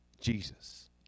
Jesus